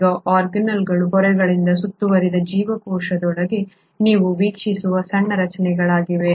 ಈಗ ಆರ್ಗಾನ್ಯಿಲ್ಗಳು ಪೊರೆಗಳಿಂದ ಸುತ್ತುವರಿದ ಜೀವಕೋಶದೊಳಗೆ ನೀವು ವೀಕ್ಷಿಸುವ ಸಣ್ಣ ರಚನೆಗಳಾಗಿವೆ